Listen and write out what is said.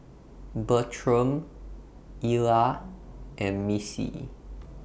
Bertram Illa and Missie